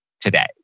today